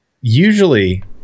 usually